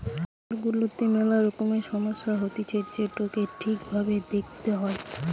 খামার গুলাতে মেলা রকমের সমস্যা হতিছে যেটোকে ঠিক ভাবে দেখতে হয়